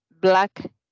black